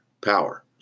power